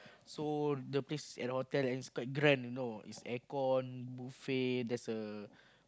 so the place is at hotel and is quite grand you know is air con buffet there's a